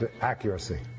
accuracy